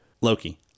Loki